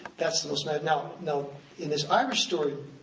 that's the most now you know in this irish story,